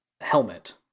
helmet